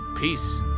peace